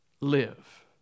live